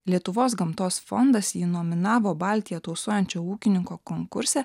lietuvos gamtos fondas jį nominavo baltiją tausojančio ūkininko konkurse